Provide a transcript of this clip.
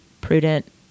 prudent